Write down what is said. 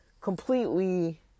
completely